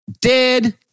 Dead